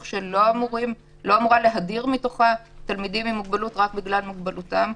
שלא אמורה להדיר מתוכה תלמידים עם מוגבלות רק בגלל מוגבלותם.